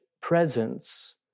presence